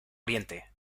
oriente